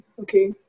okay